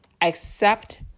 accept